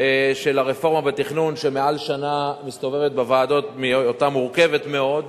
של הרפורמה בתכנון שמעל שנה מסתובבת בוועדות מהיותה מורכבת מאוד.